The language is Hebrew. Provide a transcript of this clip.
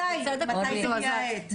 מתי תגיע העת?